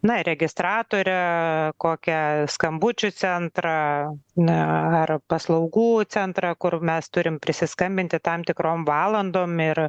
na registratorę kokią skambučių centrą na ar paslaugų centrą kur mes turim prisiskambinti tam tikrom valandom ir